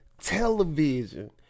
television